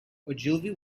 ogilvy